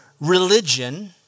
religion